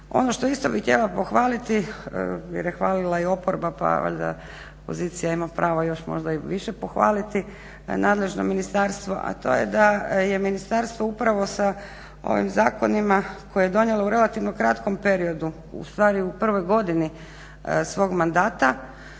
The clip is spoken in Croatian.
Ono što isto bi htjela pohvaliti jer je hvalila i oproba, pa valjda pozicija ima prava još možda i više pohvaliti nadležno ministarstvo, a to je da je ministarstvo upravo sa ovim zakonima koje je donijelo u relativno kratkom periodu, ustvari u prvoj godini svog mandata,